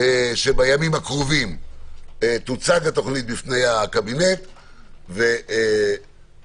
שבימים הקרובים תוצג התוכנית בפני הקבינט ותאושר,